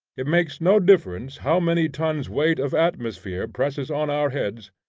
it makes no difference how many tons weight of atmosphere presses on our heads,